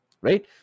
Right